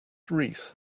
wreath